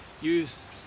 use